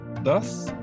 Thus